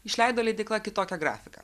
išleido leidykla kitokia grafika